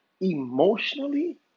emotionally